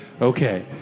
okay